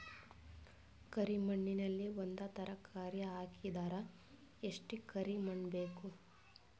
ಕರಿ ಮಣ್ಣಿನಲ್ಲಿ ಒಂದ ತರಕಾರಿ ಹಾಕಿದರ ಎಷ್ಟ ಕರಿ ಮಣ್ಣು ಬೇಕು?